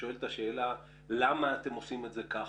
ושואל "למה אתם עושים את זה ככה"?